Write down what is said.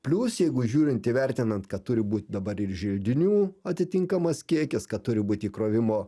plius jeigu žiūrint įvertinant kad turi būt dabar ir želdinių atitinkamas kiekis kad turi būt įkrovimo